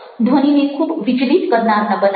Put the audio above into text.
ધ્વનિને ખૂબ વિચલિત કરનાર ન બનાવો